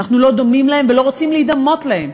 אנחנו לא דומים להם ולא רוצים להידמות להם.